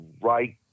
right